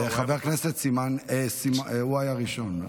וחבר הכנסת סימון, הוא היה הראשון.